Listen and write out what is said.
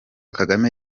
kagame